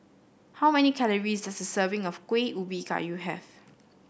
how many calories does a serving of Kueh Ubi Kayu have